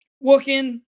working